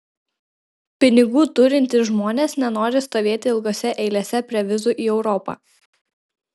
pinigų turintys žmonės nenori stovėti ilgose eilėse prie vizų į europą